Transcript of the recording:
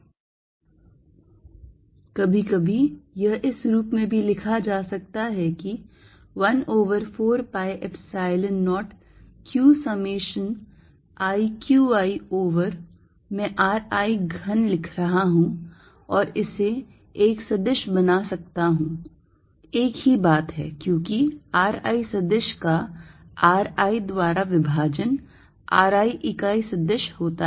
Fnet14π0qQiri2ri कभी कभी यह इस रूप में भी लिखा जा सकता है कि 1 over 4 pi epsilon 0 q summation i q i over मैं r i घन लिख सकता हूँ और इसे एक सदिश बना सकता हूँ एक ही बात है क्योंकि r i सदिश का r i द्वारा विभाजन r i इकाई सदिश होता है